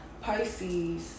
pisces